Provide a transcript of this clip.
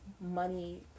money